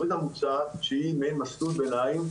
התכנית המוצעת היא מסלול ביניים,